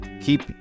keep